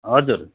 हजुर